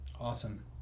Awesome